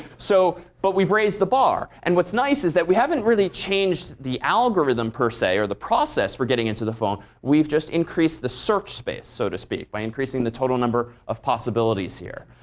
so but we've raised the bar. and what's nice is that we haven't really changed the algorithm per se or the process for getting into the phone, we've just increased the search space, so to speak, by increasing the total number of possibilities here.